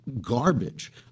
garbage